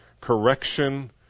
correction